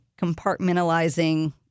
compartmentalizing